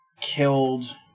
killed